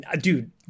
dude